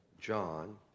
John